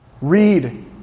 Read